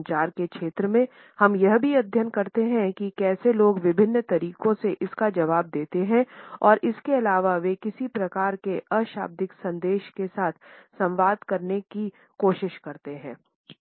संचार के क्षेत्र में हम यह भी अध्ययन करते हैं कि कैसे लोग विभिन्न तरीकों से इसका जवाब देते हैं और इसके अलावा वे किस प्रकार के अशाब्दिक संदेश के साथ संवाद करने की कोशिश करते हैं